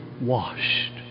washed